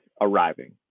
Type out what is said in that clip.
arriving